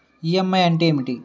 EMI అంటే ఏమిటి?